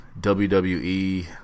WWE